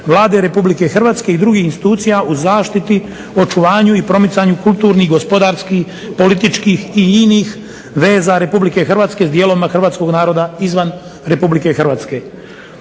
Vlade Republike Hrvatske i drugih institucija u zaštiti, očuvanju i promicanju kulturnih, gospodarskih, političkih i inih veza Republike Hrvatske s dijelovima hrvatskog naroda izvan Republike Hrvatske.